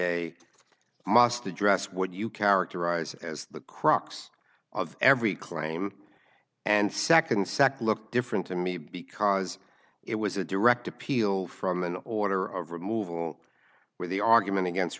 a must address what you characterize as the crux of every claim and second sack look different to me because it was a direct appeal from an order of removal where the argument against